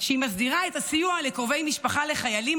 שמסדירה את הסיוע לקרובי משפחה של חיילים